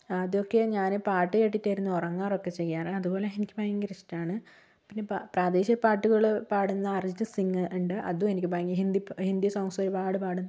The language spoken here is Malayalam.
ആദ്യമൊക്കെ ഞാൻ പാട്ടു കേട്ടിട്ടായിരുന്നു ഉറങ്ങാറൊക്കെ ചെയ്യാറ് അതുപോലെ എനിക്ക് ഭയങ്കര ഇഷ്ടമാണ് പിന്നെ പ്രാദേശിക പാട്ടുകള് പാടുന്ന അർജിത് സിംഗ് ഉണ്ട് അതും എനിക്ക് ഹിന്ദി ഹിന്ദി സോങ്സ് ഒരുപാട് പാടും